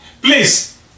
please